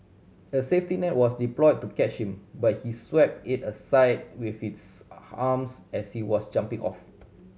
a safety net was deploy to catch him but he swept it aside with his arms as he was jumping off